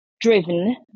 driven